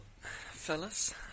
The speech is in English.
fellas